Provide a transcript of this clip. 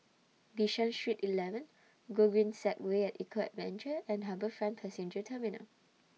Bishan Street eleven Gogreen Segway At Eco Adventure and HarbourFront Passenger Terminal